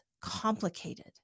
complicated